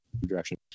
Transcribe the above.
Direction